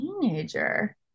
Teenager